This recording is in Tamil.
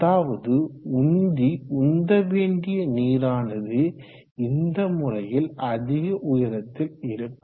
அதாவது உந்தி உந்தவேண்டிய நீரானது இந்த முறையில் அதிக உயரத்தில் இருக்கும்